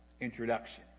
introduction